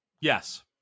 yes